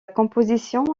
composition